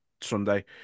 Sunday